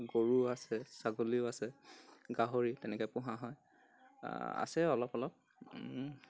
গৰু আছে ছাগলীও আছে গাহৰি তেনেকৈ পোহা হয় আছে অলপ অলপ